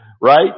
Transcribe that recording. right